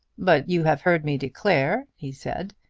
but you have heard me declare, he said,